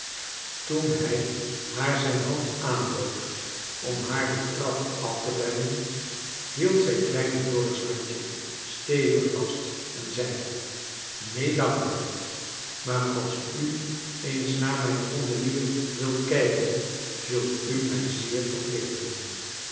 toen hij haar zijn hand aanbood om haar de trap af te brengen hield zij kleine dorrit's handje stevig vast en zei neen dank u maar als u ens naar mijn gondelier wilt kg ken zult u mij zeer verplichten